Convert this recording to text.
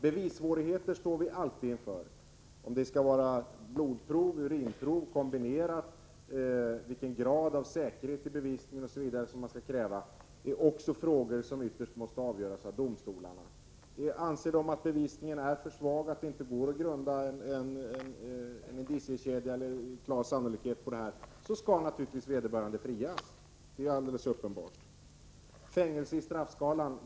Bevissvårigheter står vi alltid inför — om det skall vara blodprov eller urinprov eller en kombination, vilken grad av säkerhet i bevisningen osv. som skall krävas. Detta är också frågor som ytterst måste avgöras av domstolarna. Anser de att bevisningen är för svag, att det inte går att grunda en indiciekedja eller klar sannolikhet på eventuella bevis, skall vederbörande naturligtvis frias. Detta är helt uppenbart. Vi har föreslagit att fängelse skall ingå i straffskalan.